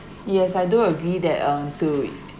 yes I do agree that um to